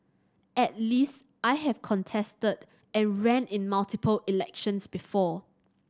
at least I have contested and ran in multiple elections before